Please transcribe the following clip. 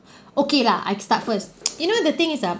okay lah I start first you know the thing is ah